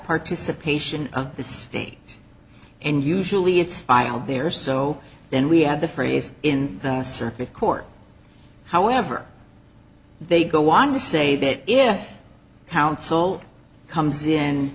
participation of the state and usually it's final there so then we have the phrase in the circuit court however they go on to say that if counsel comes in